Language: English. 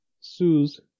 sues